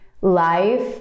life